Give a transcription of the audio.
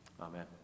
amen